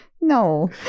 No